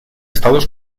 estados